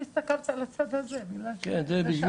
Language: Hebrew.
לפי דרישתו, לשם עריכת חקירה אפידמיולוגית, בתוך